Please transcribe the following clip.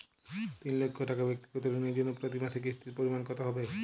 তিন লক্ষ টাকা ব্যাক্তিগত ঋণের জন্য প্রতি মাসে কিস্তির পরিমাণ কত হবে?